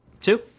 Two